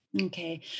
Okay